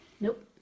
Nope